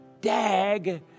Dag